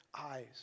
eyes